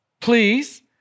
Please